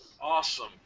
Awesome